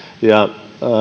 ja